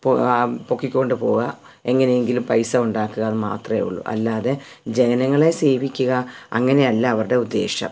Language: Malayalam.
പൊക്കി പൊക്കിക്കൊണ്ട് പോവുക എങ്ങനെയെങ്കിലും പൈസയുണ്ടാക്കുകന്നു മാത്രേയുള്ളൂ അല്ലാതെ ജനങ്ങളെ സേവിക്കുക അങ്ങനെയെല്ലാവരൂടെ ഉദ്ദേശം